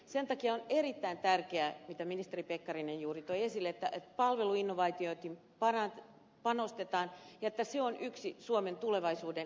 sen takia on erittäin tärkeää kuten ministeri pekkarinen juuri toi esille että palveluinnovaatioihin panostetaan ja että se on yksi suomen tulevaisuuden linja